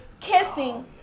Kissing